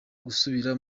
gusubira